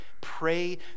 pray